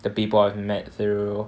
the people I've met through